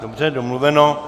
Dobře, domluveno.